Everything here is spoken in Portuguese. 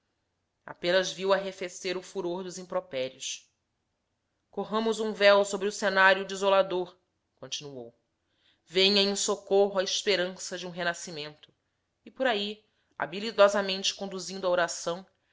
apenas viu arrefecer o furor dos impropérios corramos um véu sobre o cenário desolador continuou venha em socorro a esperança de um renascimento e por ai habilidosamente conduzindo a oração